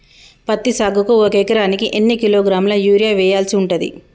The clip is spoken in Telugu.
పత్తి సాగుకు ఒక ఎకరానికి ఎన్ని కిలోగ్రాముల యూరియా వెయ్యాల్సి ఉంటది?